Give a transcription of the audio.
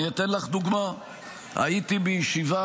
אתן לך דוגמה: הייתי בישיבה,